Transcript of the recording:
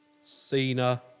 Cena